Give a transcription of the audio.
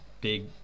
big